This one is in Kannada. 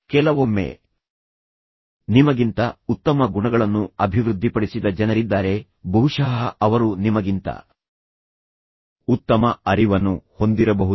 ಕೆಲವೊಮ್ಮೆ ನಿಮಗಿಂತ ಉತ್ತಮ ಗುಣಗಳನ್ನು ಅಭಿವೃದ್ಧಿಪಡಿಸಿದ ಜನರಿದ್ದಾರೆ ಬಹುಶಃ ಅವರು ನಿಮಗಿಂತ ಉತ್ತಮ ಅರಿವನ್ನು ಹೊಂದಿರಬಹುದು